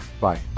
Bye